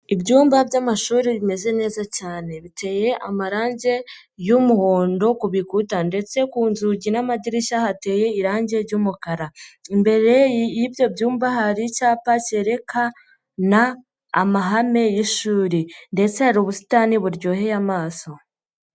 Ibyumba by'amashuri bimeze neza cyane. Biteye amarangi y'umuhondo ku bikuta. Ndetse ku nzugi n'amadirishya hateye irange ry'umukara. Imbere y'ibyo byumba hari icyapa kerekana amahame y'ishuri. Ndetse hari ubusitani buryoheye amaso.